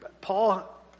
Paul